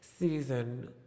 season